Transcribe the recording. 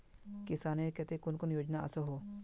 किसानेर केते कुन कुन योजना ओसोहो?